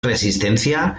resistencia